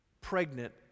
pregnant